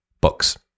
books